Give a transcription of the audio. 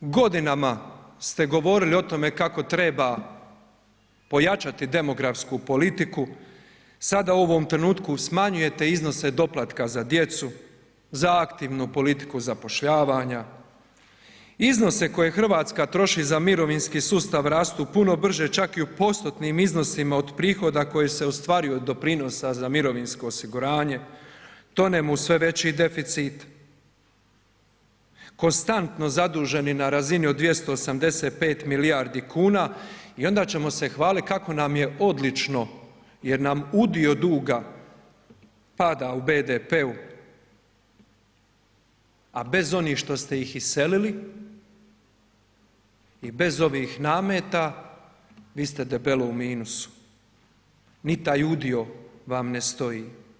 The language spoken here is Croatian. Godinama ste govorili o tome kako treba pojačati demografsku politiku, sada u ovom trenutku smanjujete iznose doplatka za djecu, za aktivnu politiku zapošljavanja, iznose koje RH troši za mirovinski sustav rastu puno brže čak i u postotnim iznosima od prihoda koje se ostvaruju od doprinosa za mirovinsko osiguranje, tonemo u sve veći deficit, konstantno zaduženi na razini od 285 milijardi kuna i onda ćemo se hvalit kako nam je odlično jer nam udio duga pada u BDP-u, a bez oni što ste ih iselili i bez ovih nameta, vi ste debelo u minusu, ni taj udio vam ne stoji.